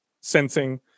sensing